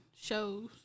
shows